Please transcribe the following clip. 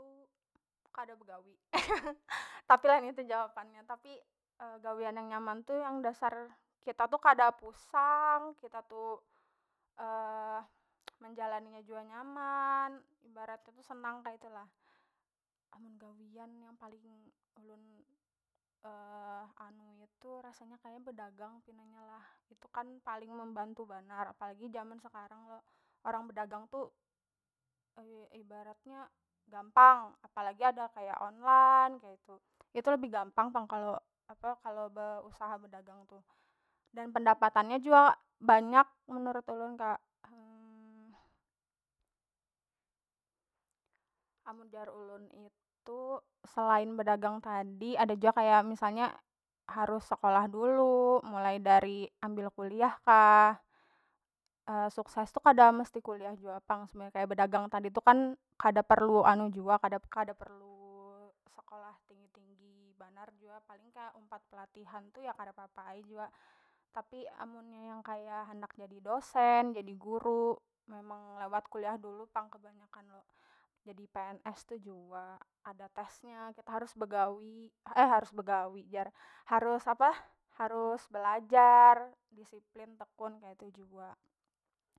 kada begawi tapi lain itu jawabannya tapi gawian yang nyaman tu yang dasar kita tu kada pusang kita tu menjalani nya jua nyaman ibaratnya tu senang kaitu lah, amun gawian yang paling ulun anui tu rasanya kaya bedagang pina nya lah itu kan paling membantu banar apalagi jaman sekarang lo orang bedagang tu ibaratnya gampang apalagi ada kaya onlan kaitu itu lebih gampang pang kalo apa kalo beusaha bedagang tu dan pendapatannya jua banyak menurut ulun kak amun jar ulun itu selain bedagang tadi ada jua kaya misalnya harus sekolah dulu mulai dari ambil kuliah kah sukses tu kada mesti kuliah jua pang sebenarnya kaya bedagang tadi tu kan kada perlu anu jua kada- kada perlu sekolah tinggi- tinggi banar jua paling kaya umpat pelatihan tu ya kada papa ai jua tapi amun nya yang kaya handak jadi dosen jadi guru memang lewat kuliah dulu pang kebanyakan lo jadi pns tu jua ada tes nya kita harus begawi harus begawi jar harus apa harus belajar disiplin tekun keitu jua.